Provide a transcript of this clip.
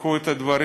תיקחו את הדברים.